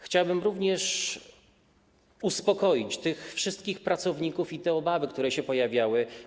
Chciałbym również uspokoić tych wszystkich pracowników i rozwiać te obawy, które się pojawiały.